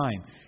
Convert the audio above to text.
time